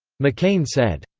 mccain said,